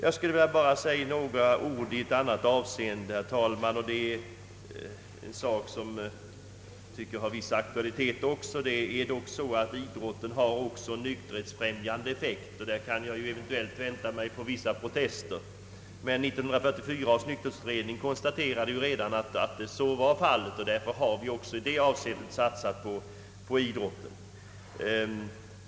Jag skulle vilja säga några ord i ett annat avseende som också har en viss aktualitet. Idrotten har även en nykterhetsfrämjande effekt. Därvidlag kan jag vänta mig vissa protester. Men 1944 års nykterhetsutredning konstaterade redan att så var fallet, och därför har vi också i det avseendet satsat på idrotten.